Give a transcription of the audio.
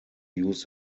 use